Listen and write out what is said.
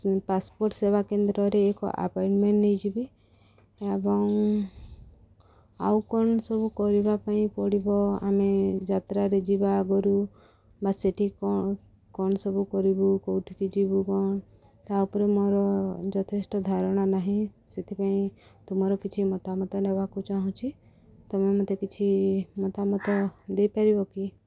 passport ସେବା କେନ୍ଦ୍ରରେ ଏକ ଆପଏଣ୍ଟମେଣ୍ଟ ନେଇଯିବେ ଏବଂ ଆଉ କ'ଣ ସବୁ କରିବା ପାଇଁ ପଡ଼ିବ ଆମେ ଯାତ୍ରାରେ ଯିବା ଆଗରୁ ବା ସେଠି କ'ଣ ସବୁ କରିବୁ କେଉଁଠିକି ଯିବୁ କ'ଣ ତା' ଉପରେ ମୋର ଯଥେଷ୍ଟ ଧାରଣା ନାହିଁ ସେଥିପାଇଁ ତୁମର କିଛି ମତାମତ ନେବାକୁ ଚାହୁଁଛି ତୁମେ ମୋତେ କିଛି ମତାମତ ଦେଇପାରିବ କି